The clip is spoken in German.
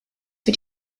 für